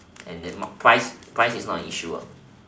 and then price price is not an issue ah